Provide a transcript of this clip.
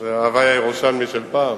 זה ההווי הירושלמי של פעם.